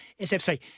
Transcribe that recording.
SFC